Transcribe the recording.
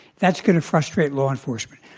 that's going to frustrate law enforcement.